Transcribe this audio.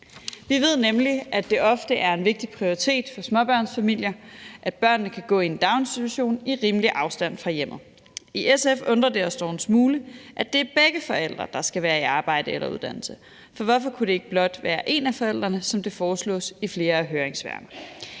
Vi ved nemlig, at det ofte er en vigtig prioritet for småbørnsfamilier, at børnene kan gå i en daginstitution i en rimelig afstand fra hjemmet. I SF undrer det os dog en smule, at det er begge forældre, der skal være i arbejde eller uddannelse, for hvorfor kunne det ikke blot være en af forældrene, som det foreslås i flere af høringssvarene?